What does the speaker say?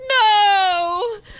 No